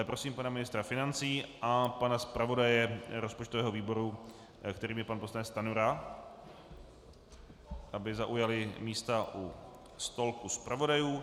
Prosím pana ministra financí a pana zpravodaje rozpočtového výboru, kterým je pan poslanec Stanjura, aby zaujali místa u stolku zpravodajů.